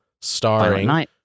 starring